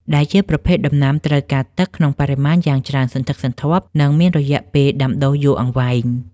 ដែលជាប្រភេទដំណាំត្រូវការទឹកក្នុងបរិមាណយ៉ាងច្រើនសន្ធឹកសន្ធាប់ និងមានរយៈពេលដាំដុះយូរអង្វែង។